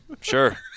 Sure